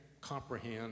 comprehend